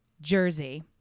Jersey